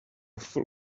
full